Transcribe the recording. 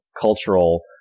cultural